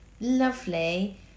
lovely